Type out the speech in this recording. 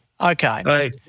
Okay